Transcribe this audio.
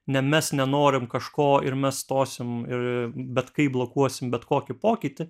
ne mes nenorim kažko ir mes stosim ir bet kaip blokuosim bet kokį pokytį